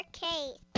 case